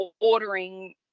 ordering